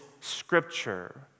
scripture